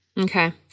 Okay